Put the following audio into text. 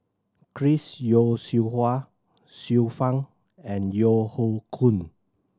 Chris Yeo Siew Hua Xiu Fang and Yeo Hoe Koon